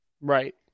Right